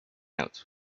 out